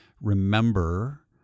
remember